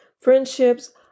friendships